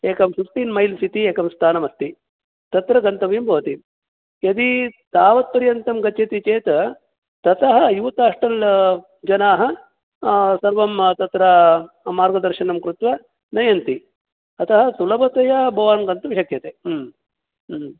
एकं fifteen miles इति एकं स्थानमस्ति तत्र गन्तव्यं भवति यदि तावत्पर्यन्तं गच्छति चेत् ततः यूतास्टल् जनाः सर्वं तत्र मार्गदर्शनं कृत्वा नयन्ति अतः सुलभतया भवान् गन्तुं शक्यते